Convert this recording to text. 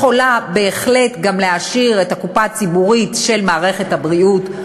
יכולה בהחלט גם להעשיר את הקופה הציבורית של מערכת הבריאות,